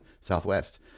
southwest